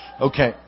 Okay